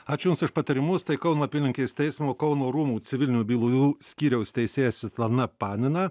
ačių jums už patarimus tai kauno apylinkės teismo kauno rūmų civilinių bylų skyriaus teisėjas svetlana panina